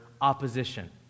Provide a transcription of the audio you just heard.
opposition